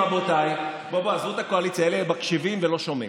עזבו את הקואליציה, אלה מקשיבים ולא שומעים.